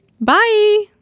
Bye